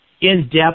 in-depth